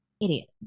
Idiot